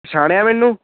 ਪਛਾਣਿਆ ਮੈਨੂੰ